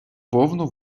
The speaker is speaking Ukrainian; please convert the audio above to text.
повну